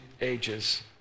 ages